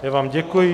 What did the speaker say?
Já vám děkuji.